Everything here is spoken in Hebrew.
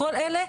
כל אלה,